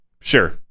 sure